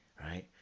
right